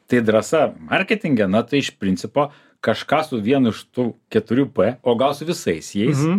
tai drąsa marketinge na tai iš principo kažką su vienu iš tų keturių p o gal su visais jais